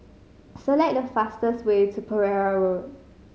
select the fastest way to Pereira Road